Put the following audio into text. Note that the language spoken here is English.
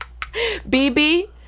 BB